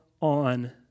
on